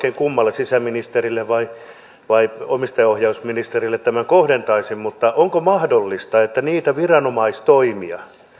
kummalle sisäministerille vai vai omistajaohjausministerille tämän kohdentaisin niin onko mahdollista huomioida ne viranomaistoimet